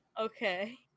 okay